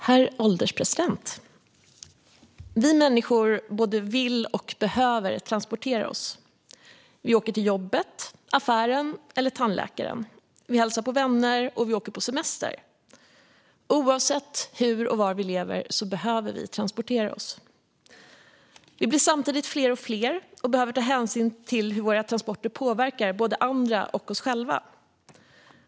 Herr ålderspresident! Vi människor både vill och behöver transportera oss. Vi åker till jobbet, affären eller tandläkaren. Vi hälsar på vänner, och vi åker på semester. Oavsett hur och var vi lever behöver vi transportera oss. Vi blir samtidigt fler och fler och behöver ta hänsyn till hur våra transporter påverkar både andra och oss själva.